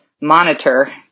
monitor